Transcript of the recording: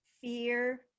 fear